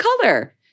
color